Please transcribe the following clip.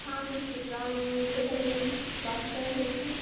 हाँ मैं इसकी प्लान फैसिलिटीज़ की बात कर रही हूँ